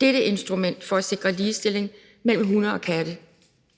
dette instrument for at sikre ligestilling mellem hunde og katte